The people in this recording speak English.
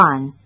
One